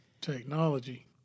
Technology